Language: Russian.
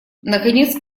наконец